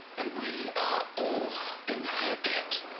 and we are all in her debt